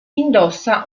indossa